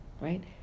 right